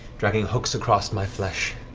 dragging hooks across my flesh,